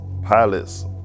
pilots